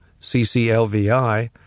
CCLVI